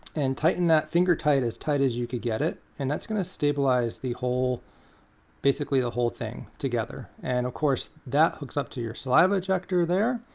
and tighten that finger tight, as tight as you can get it. and that's going to stabilize the whole basically the whole thing together. and of course, that hooks up to your saliva ejector there.